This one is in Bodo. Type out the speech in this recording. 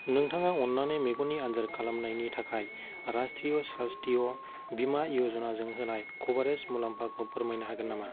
नोंथाङा अन्नानै मेगननि आन्जाद खालामनायनि थाखाय रास्ट्रिय सास्त्य बिमा य'जनजों होनाय कभारेज मुलाम्फाखौ फोरमायनो हागोन नामा